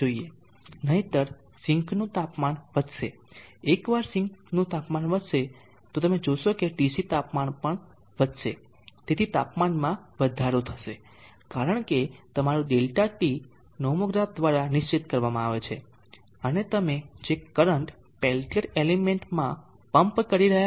નહિંતર સિંકનું તાપમાન વધશે એકવાર સિંક તાપમાન વધશે તમે જોશો કે Tc તાપમાન પણ વધશે તેથી તાપમાનમાં વધારો થશે કારણ કે તમારું ΔT નોમોગ્રાફ દ્વારા નિશ્ચિત કરવામાં આવે છે અને તમે જે કરંટ પેલ્ટીઅર એલિમેન્ટ માં પંપ કરી રહ્યા છો